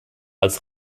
als